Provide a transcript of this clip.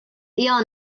eher